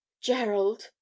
Gerald